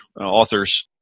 authors